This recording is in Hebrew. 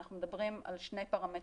אנחנו מדברים על שלושה פרמטרים.